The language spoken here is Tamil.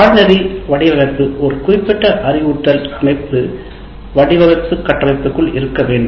பாடநெறி வடிவமைப்பு ஒரு குறிப்பிட்ட அறிவுறுத்தல் அமைப்பு வடிவமைப்பு கட்டமைப்பிற்குள் இருக்க வேண்டும்